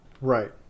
Right